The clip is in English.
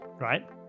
right